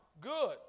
Good